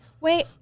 Wait